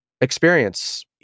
experience